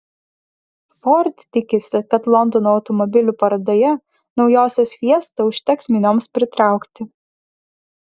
ford tikisi kad londono automobilių parodoje naujosios fiesta užteks minioms pritraukti